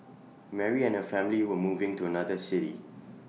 Mary and her family were moving to another city